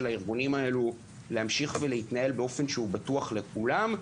הארגונים האלה להמשיך להתנהל באופן בטוח לכולם.